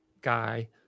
guy